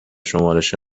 شمارش